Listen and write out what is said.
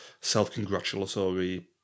self-congratulatory